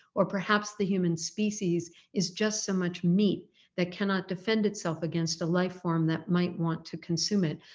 or perhaps the human species is just so much meat that cannot defend itself against a life-form that might want to consume it.